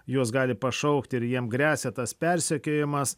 juos gali pašaukti ir jiem gresia tas persekiojimas